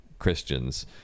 christians